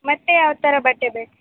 ಮತ್ತು ಯಾವ ಥರ ಬಟ್ಟೆ ಬೇಕು